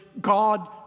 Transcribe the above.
God